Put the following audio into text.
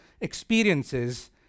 experiences